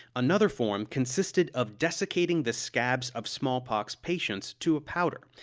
another form consisted of desiccating the scabs of smallpox patients to a powder,